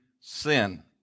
sin